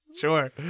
Sure